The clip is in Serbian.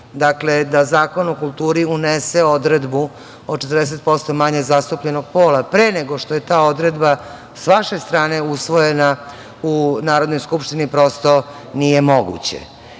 dakle, da Zakon o kulturi unese odredbu o 40% manje zastupljenog pola, pre nego što je ta odredba sa vaše strane usvojena u Narodnoj skupštini, prosto nije moguće. Samo